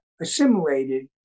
assimilated